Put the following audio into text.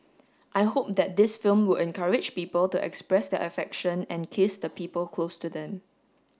I hope that this film will encourage people to express their affection and kiss the people close to them